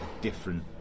different